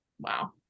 Wow